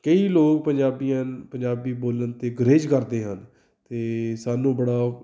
ਕਈ ਲੋਕ ਪੰਜਾਬੀਆਂ ਪੰਜਾਬੀ ਬੋਲਣ 'ਤੇ ਗੁਰੇਜ਼ ਕਰਦੇ ਹਨ ਅਤੇ ਸਾਨੂੰ ਬੜਾ